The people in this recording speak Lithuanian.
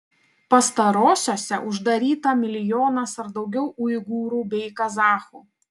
pastarosiose uždaryta milijonas ar daugiau uigūrų bei kazachų